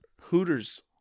Hooters